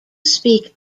speak